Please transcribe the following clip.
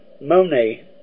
Monet